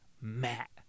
Matt